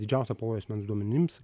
didžiausią pavojų asmens duomenims